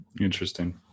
Interesting